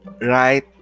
right